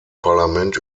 parlament